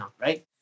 right